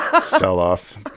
sell-off